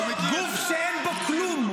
גוף שאין בו כלום,